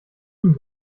ihm